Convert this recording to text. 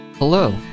Hello